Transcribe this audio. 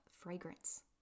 fragrance